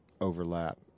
overlap